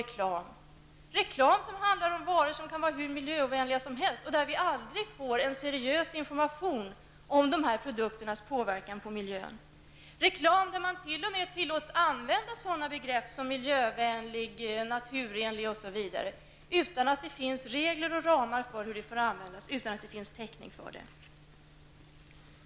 Det kan vara fråga om reklam för varor som är hur miljöovänliga som helst, där vi aldrig får en seriös information om produkternas inverkan på miljön. Det kan vara reklam där man t.o.m. tillåts använda sådana begrepp som ''miljövänlig'', ''naturlig'' osv. utan att det finns regler och ramar för hur dessa begrepp får användas och utan att det finns täckning för dem.